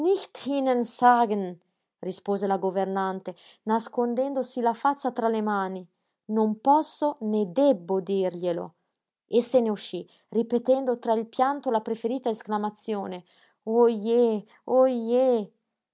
rispose la governante nascondendosi la faccia tra le mani non posso né debbo dirglielo e se ne uscí ripetendo tra il pianto la preferita esclamazione oh je oh je